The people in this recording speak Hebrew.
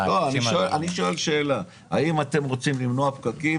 אני שואל שאלה: האם אתם רוצים למנוע פקקים